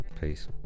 Peace